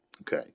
Okay